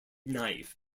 knife